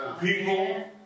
People